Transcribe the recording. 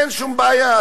אין שום בעיה.